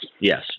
Yes